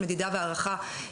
זאת?